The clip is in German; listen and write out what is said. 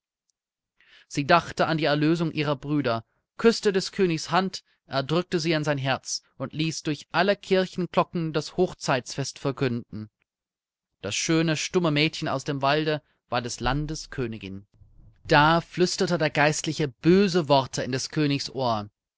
sie dachte an die erlösung ihrer brüder küßte des königs hand er drückte sie an sein herz und ließ durch alle kirchenglocken das hochzeitsfest verkünden das schöne stumme mädchen aus dem walde war des landes königin da flüsterte der geistliche böse worte in des königs